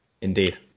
Indeed